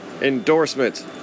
endorsement